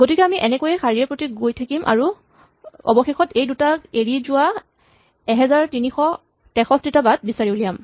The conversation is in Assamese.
গতিকে আমি এনেকৈয়ে শাৰীয়ে প্ৰতি কৰি গৈ থাকিম আৰু অৱশেষত এই দুটাক এৰি যোৱা ১৩৬৩ টা বাট বিচাৰি উলিয়াম